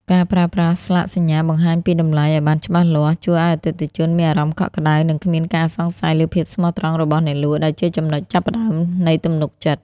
ការប្រើប្រាស់ស្លាកសញ្ញាបង្ហាញពីតម្លៃឱ្យបានច្បាស់លាស់ ជួយឱ្យអតិថិជនមានអារម្មណ៍កក់ក្ដៅ និងគ្មានការសង្ស័យលើភាពស្មោះត្រង់របស់អ្នកលក់ ដែលជាចំណុចចាប់ផ្ដើមនៃទំនុកចិត្ត។